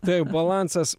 taip balansas